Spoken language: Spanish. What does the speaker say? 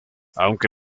aunque